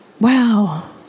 wow